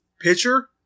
Pitcher